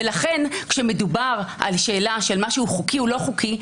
ולכן כשמדובר על שאלה של משהו חוקי או לא חוקי,